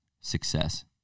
success